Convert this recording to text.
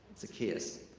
zacchaeus.